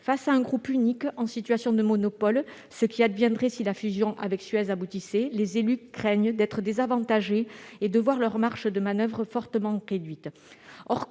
Face à un groupe unique en situation de monopole, ce qui adviendrait si la fusion avec Suez aboutissait, les élus craignent d'être désavantagés et de voir leurs marges de manoeuvre fortement réduites.